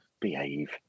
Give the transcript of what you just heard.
behave